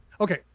okay